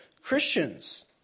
Christians